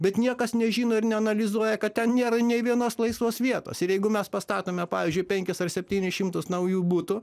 bet niekas nežino ir neanalizuoja kad ten nėra nei vienos laisvos vietos ir jeigu mes pastatome pavyzdžiui penkis ar septynis šimtus naujų butų